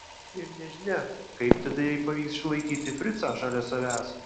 ir nežinia kaip tada jai pavyks išlaikyti fricą šalia savęs